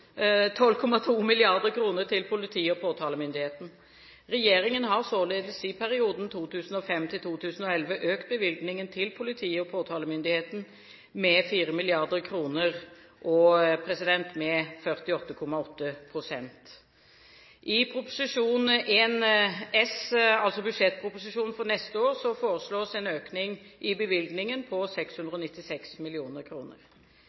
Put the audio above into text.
12,2 mrd. kr til politiet og påtalemyndigheten. Regjeringen har således i perioden 2005–2011 økt bevilgningen til politiet og påtalemyndigheten med 4 mrd. kr, 48,8 pst. I Prop. 1 S for 2012 – altså budsjettproposisjonen for neste år – foreslås en økning i bevilgningen på